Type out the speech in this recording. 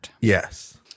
yes